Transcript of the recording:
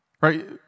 Right